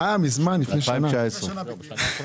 מזמן, לפני שנה.